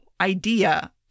idea